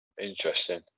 Interesting